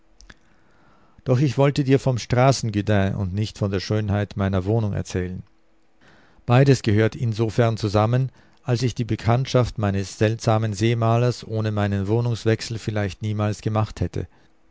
doch ich wollte dir vom straßen gudin und nicht von der schönheit meiner wohnung erzählen beides gehört insofern zusammen als ich die bekanntschaft meines seltsamen seemalers ohne meinen wohnungswechsel vielleicht niemals gemacht hätte